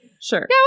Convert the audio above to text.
Sure